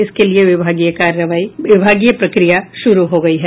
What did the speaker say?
इसके लिए विभागीय प्रक्रिया शुरू हो गयी है